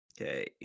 Okay